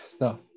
no